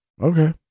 Okay